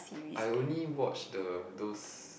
I only watch the those